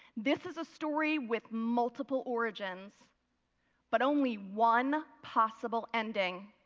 this is a story with multiple origins but only one possible ending.